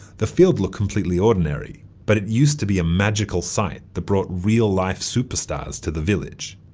the field looked completely ordinary, but it used to be a magical site that brought real life superstars to the village.